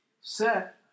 Set